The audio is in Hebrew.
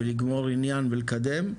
ולגמור עניין ולקדם.